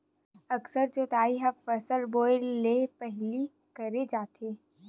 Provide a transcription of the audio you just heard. अकरस जोतई ह फसल बोए ले पहिली करे जाथे